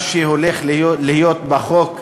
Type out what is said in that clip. מה שהולך להיות בחוק הזה,